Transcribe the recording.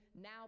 now